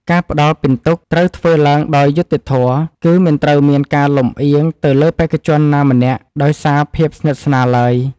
ការផ្ដល់ពិន្ទុត្រូវធ្វើឡើងដោយយុត្តិធម៌ គឺ មិនត្រូវមានការលំអៀងទៅលើបេក្ខជនណាម្នាក់ដោយសារភាពស្និទ្ធស្នាលឡើយ។